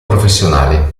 professionale